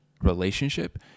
relationship